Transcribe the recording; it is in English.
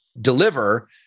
deliver